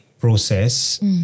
process